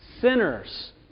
sinners